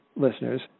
listeners